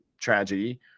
tragedy